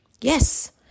Yes